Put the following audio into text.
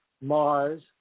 Mars